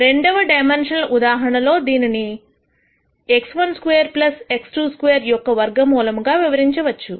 రెండవ డైమెన్షనల్ ఉదాహరణలో దీనిని x12 x22 యొక్క వర్గ మూలము గా వివరించవచ్చు